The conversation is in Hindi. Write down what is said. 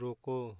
रोको